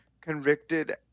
convicted